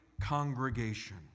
congregation